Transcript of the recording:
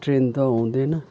train त आउँदैन